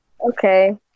Okay